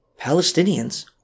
Palestinians